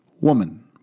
woman